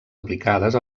aplicades